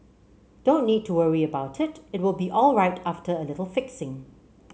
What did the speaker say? don't need to worry about it it will be alright after a little fixing